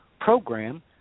program